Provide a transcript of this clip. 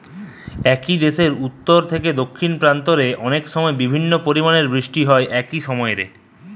একই দেশের উত্তর নু দক্ষিণ প্রান্ত রে অনেকসময় বিভিন্ন পরিমাণের বৃষ্টি হয় একই সময় রে